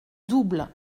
double